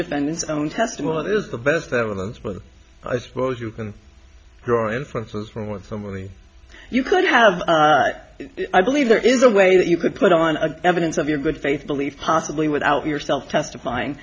defendant's own testimony is the best evidence but i suppose you can draw inferences from with somebody you could have i believe there is a way that you could put on a evidence of your good faith belief possibly without yourself testifying